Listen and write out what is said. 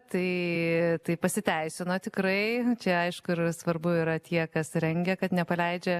tai tai pasiteisino tikrai čia aišku ir yra svarbu yra tie kas rengia kad nepaleidžia